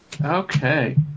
Okay